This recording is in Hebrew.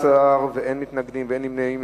בעד, 14, אין מתנגדים, אין נמנעים.